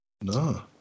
No